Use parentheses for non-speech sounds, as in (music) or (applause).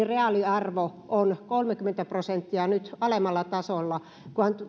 (unintelligible) reaaliarvo on nyt kolmekymmentä prosenttia alemmalla tasolla kuin